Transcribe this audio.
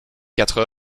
quatre